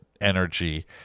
energy